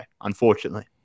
unfortunately